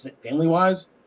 family-wise